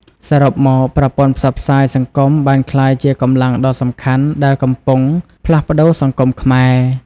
សរុបមកប្រព័ន្ធផ្សព្វផ្សាយសង្គមបានក្លាយជាកម្លាំងដ៏សំខាន់ដែលកំពុងផ្លាស់ប្តូរសង្គមខ្មែរ។